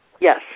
Yes